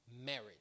marriage